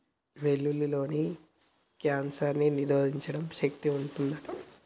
వెల్లుల్లిలో కాన్సర్ ని నిరోధించే శక్తి వుంటది అంట